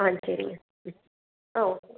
நன்றிங்க ஆ ஓகே